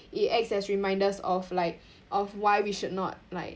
it act as reminders of like of why we should not like